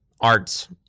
arts